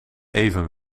even